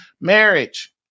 marriage